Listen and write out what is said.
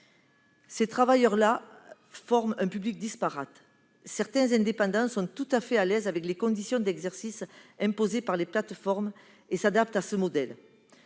Ces travailleurs forment un public disparate : certains indépendants sont tout à fait à l'aise avec les conditions d'exercice imposées par les plateformes et s'adaptent à ce modèle.